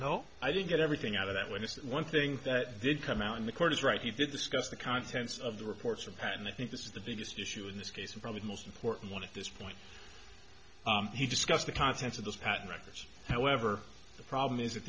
know i didn't get everything out of that when it's one thing that did come out in the court is right he did discuss the contents of the reports of pat and i think this is the biggest issue in this case and probably the most important one of this point he discussed the contents of those patent records however the problem is at